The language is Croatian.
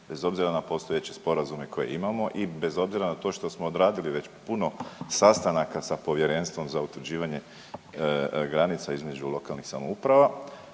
bez obzira na postojeće sporazume koje imamo i bez obzira na to što smo odradili već puno sastanaka sa Povjerenstvom za utvrđivanje granica između lokalnih samouprava